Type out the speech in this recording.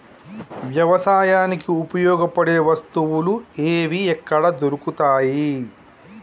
వ్యవసాయానికి ఉపయోగపడే వస్తువులు ఏవి ఎక్కడ దొరుకుతాయి?